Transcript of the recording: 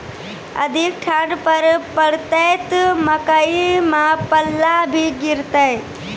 अधिक ठंड पर पड़तैत मकई मां पल्ला भी गिरते?